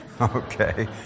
okay